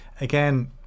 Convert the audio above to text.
again